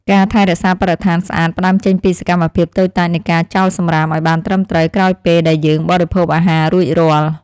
ការថែរក្សាបរិស្ថានស្អាតផ្តើមចេញពីសកម្មភាពតូចតាចនៃការចោលសម្រាមឲ្យបានត្រឹមត្រូវក្រោយពេលដែលយើងបរិភោគអាហាររួចរាល់។